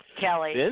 Kelly